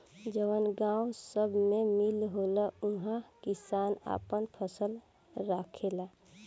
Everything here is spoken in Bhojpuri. जवन गावं सभ मे मील होला उहा किसान आपन फसल राखेला